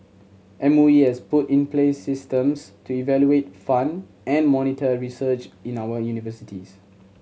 M O E has put in place systems to evaluate fund and monitor research in our universities